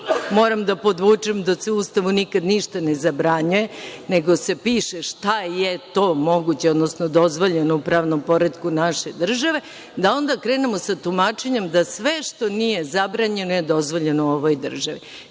moram da podvučem da se u Ustavu nikad ništa ne zabranjuje, nego se piše šta je to moguće, odnosno dozvoljeno u pravnom poretku naše države, da onda krenemo sa tumačenjem da sve što nije zabranjeno je dozvoljeno u ovoj državi. Ja